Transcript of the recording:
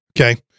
Okay